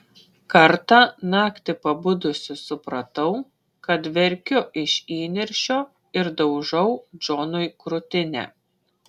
kartą naktį pabudusi supratau kad verkiu iš įniršio ir daužau džonui krūtinę